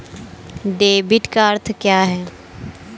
Debit का अर्थ क्या है?